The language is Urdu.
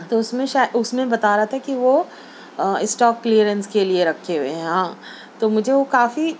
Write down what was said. تو اس میں اس میں بتا رہا تھا کہ وہ اسٹاک کلیئرنس کے لیے رکھے ہوئے ہیں ہاں تو مجھے وہ کافی